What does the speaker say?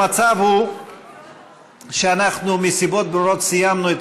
המצב הוא שאנחנו מסיבות ברורות סיימנו את